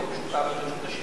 מאה אחוז,